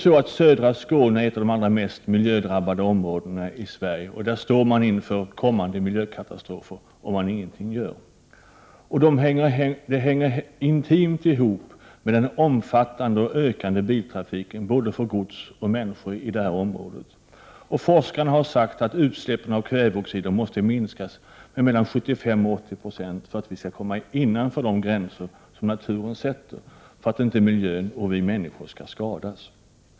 Södra Skåne är ett av de områden i Sverige där miljön har drabbats mest, och man står där inför kommande miljökatastrofer om ingenting görs. Detta hänger intimt ihop med den omfattande och ökande biltrafiken både för gods och för människor i detta område. Forskare har sagt att utsläppen av kväveoxider måste minskas med mellan 75 och 80 96 för att de skall komma innanför de gränser som naturen sätter för att miljön och vi människor inte skall skadas.